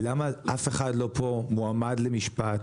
למה אף אחד לא פה מועמד למשפט,